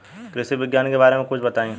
कृषि विज्ञान के बारे में कुछ बताई